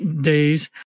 days